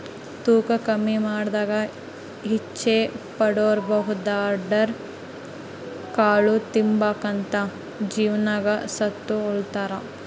ತೂಕ ಕಮ್ಮಿ ಮಾಡಾಕ ಇಚ್ಚೆ ಪಡೋರುಬರ್ನ್ಯಾಡ್ ಕಾಳು ತಿಂಬಾಕಂತ ಜಿಮ್ನಾಗ್ ಸುತ ಹೆಳ್ತಾರ